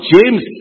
James